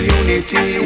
unity